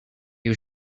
you